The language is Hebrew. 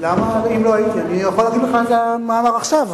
אני יכול להגיד לך איזה מאמר עכשיו.